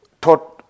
taught